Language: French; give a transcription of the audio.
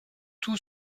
tout